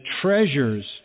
treasures